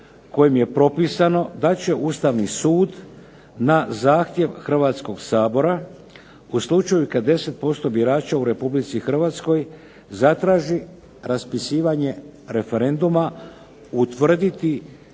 kojim je propisano da će Ustavni sud na zahtjev Hrvatskog sabora u slučaju kad 10% birača u Republici Hrvatskoj zatraži raspisivanje referenduma utvrditi